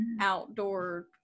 outdoor